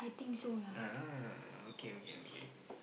ah okay okay okay